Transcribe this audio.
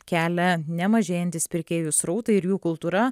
kelia nemažėjantis pirkėjų srautai ir jų kultūra